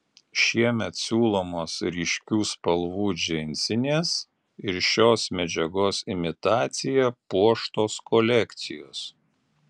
šiemet siūlomos ryškių spalvų džinsinės ir šios medžiagos imitacija puoštos kolekcijos